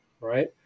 right